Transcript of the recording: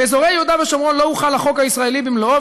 "באזורי יהודה ושומרון לא הוחל החוק הישראלי במלואו